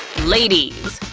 ladies,